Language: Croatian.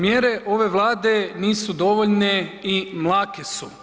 Mjere ove Vlade nisu dovoljne i mlake su.